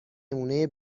نمونهی